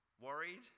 Worried